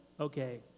okay